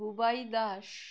Hubei Das